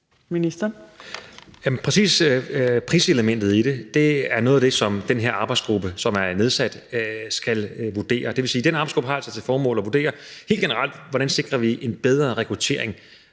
priselementet i det er noget af det, som den her arbejdsgruppe, som er nedsat, skal vurdere. Den arbejdsgruppe har altså til formål at vurdere helt generelt, hvordan vi sikrer en bedre rekruttering